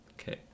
Okay